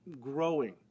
growing